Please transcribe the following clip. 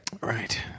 Right